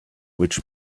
which